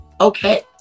okay